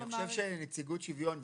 אני חושב שנציגות שוויון,